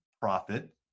profit